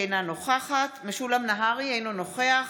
אינה נוכחת משולם נהרי, אינו נוכח